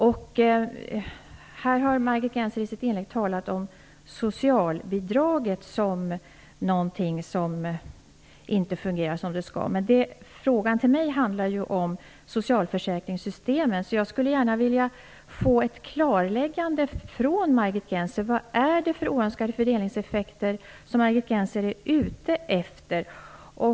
Margit Gennser talade i sitt inlägg om socialbidraget som någonting som inte fungerar som det skall. Men frågan till mig handlade ju om socialförsäkringssystemen, så jag skulle gärna vilja ha ett klarläggande av Margit Gennser om vad det är för oönskade fördelningspolitiska effekter hon är ute efter.